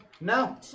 No